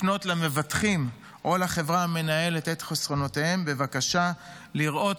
לפנות למבטחים או לחברה המנהלת את חסכונותיהם בבקשה לראות